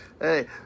Hey